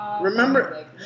Remember